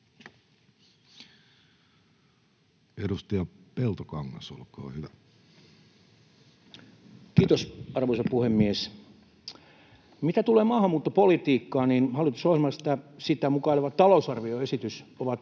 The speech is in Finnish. Time: 14:10 Content: Kiitos, arvoisa puhemies! Mitä tulee maahanmuuttopolitiikkaan, hallitusohjelma ja sitä mukaileva talousarvioesitys ovat